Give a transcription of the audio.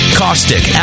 caustic